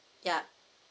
yeah